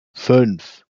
fünf